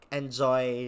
enjoy